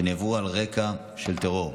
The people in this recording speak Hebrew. שנעברו על רקע של טרור.